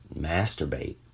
masturbate